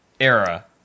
era